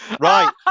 right